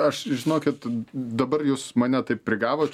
aš žinokit dabar jūs mane taip prigavot